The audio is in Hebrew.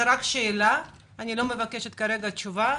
זו רק שאלה, אני לא מבקשת כרגע תשובה